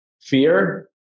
fear